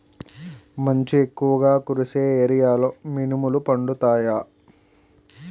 మంచు ఎక్కువుగా కురిసే ఏరియాలో మినుములు పండుతాయా?